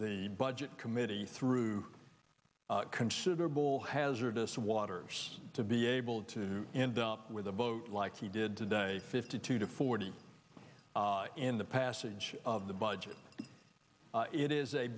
the budget committee through considerable hazardous waters to be able to end up with a vote like he did today fifty two to forty in the passage of the budget it is a